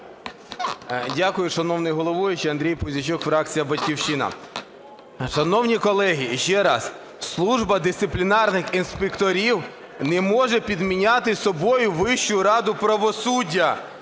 Дякую, шановний головуючий. Андрій Пузійчук, фракція "Батьківщина". Шановні колеги, ще раз, служба дисциплінарних інспекторів не може підміняти собою Вищу раду правосуддя